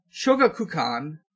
Shogakukan